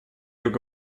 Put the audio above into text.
юго